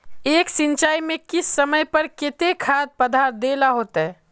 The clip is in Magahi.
एक सिंचाई में किस समय पर केते खाद पदार्थ दे ला होते?